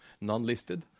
non-listed